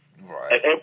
Right